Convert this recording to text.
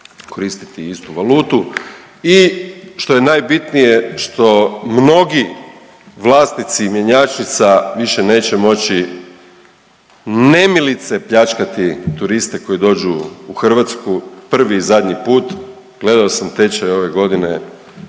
koristiti istu valutu. I što je najbitnije što mnogi vlasnici mjenjačnica više neće moći nemilice pljačkati turiste koji dođu u Hrvatsku. Prvi i zadnji put gledao sam tečaj ove godine